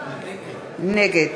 נגד